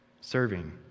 serving